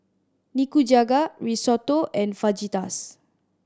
Nikujaga Risotto and Fajitas